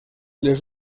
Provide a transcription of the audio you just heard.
les